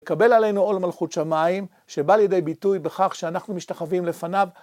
לקבל עלינו עול מלכות שמיים, שבא לידי ביטוי בכך שאנחנו משתחווים לפניו.